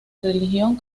religión